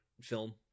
film